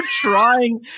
trying